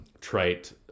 trite